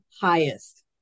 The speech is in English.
highest